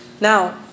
Now